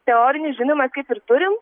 teorinių žinių mes kaip ir turim